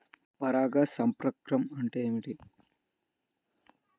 పరాగ సంపర్కం అంటే ఏమిటి?